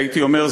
הייתי אומר,